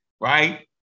Right